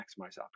maximize